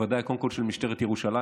בוודאי קודם כול של משטרת ירושלים,